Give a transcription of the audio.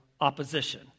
opposition